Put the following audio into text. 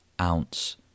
ounce